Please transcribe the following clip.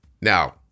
Now